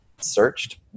searched